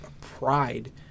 pride